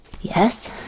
Yes